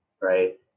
right